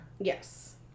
Yes